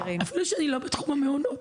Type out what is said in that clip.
אפילו שאני לא בתחום המעונות.